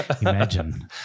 Imagine